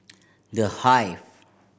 The Hive